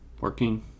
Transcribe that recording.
Working